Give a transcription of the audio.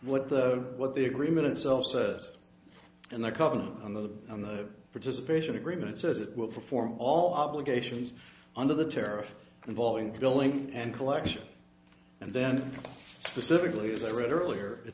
what the what the agreement itself says and the company on the on the participation agreement says it will perform all obligations under the tariff involving billing and collection and then specifically as i read earlier it